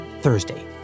Thursday